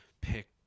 pick